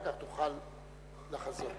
אחר כך תוכל לחזור.